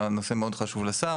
הנושא מאוד חשוב לשר